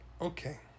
okay